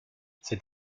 c’est